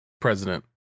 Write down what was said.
president